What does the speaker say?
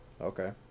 Okay